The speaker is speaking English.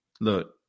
Look